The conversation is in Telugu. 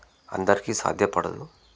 అందరికీ సాధ్యపడదు